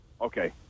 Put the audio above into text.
Okay